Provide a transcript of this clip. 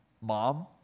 Mom